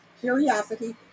curiosity